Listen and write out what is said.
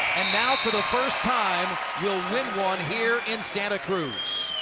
and now for the first time will win one here in santa cruz.